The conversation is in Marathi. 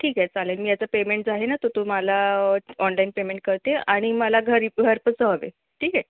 ठीक आहे चालेल मी आता पेमेंट जो आहे ना तो तुम्हाला ऑनलाईन पेमेंट करते आणि मला घरी घरपोच हवे ठीक आहे